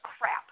crap